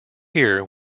here